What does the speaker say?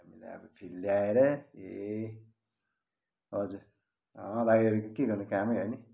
हामीलाई फेरि ल्याएर ए हजुर भाइहरू के गर्नु कामै है